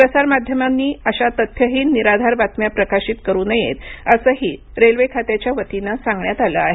प्रसारमाध्यमांनी अशा तथ्यहीन निराधार बातम्या प्रकाशित करू नयेत असंही रेल्वे खात्याच्या वतीनं सांगण्यात आलं आहे